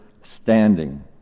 standing